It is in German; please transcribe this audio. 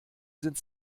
sind